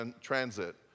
transit